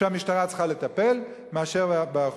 שהמשטרה צריכה לטפל בו, משאר האוכלוסייה.